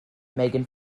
megan